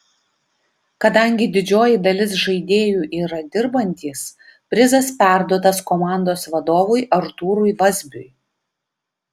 kadangi didžioji dalis žaidėjų yra dirbantys prizas perduotas komandos vadovui artūrui vazbiui